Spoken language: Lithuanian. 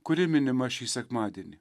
kuri minima šį sekmadienį